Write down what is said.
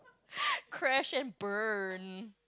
crash and burn